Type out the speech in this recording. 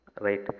Right